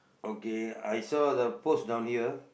okay I saw the post down here